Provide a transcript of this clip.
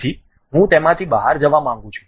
તેથી હું તેમાંથી બહાર જવા માંગું છું